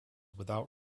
without